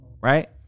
Right